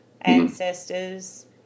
ancestors